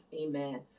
Amen